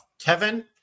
Kevin